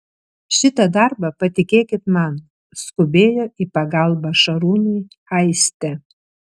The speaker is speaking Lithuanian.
šitą darbą patikėkit man skubėjo į pagalbą šarūnui aistė